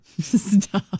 stop